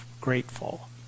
grateful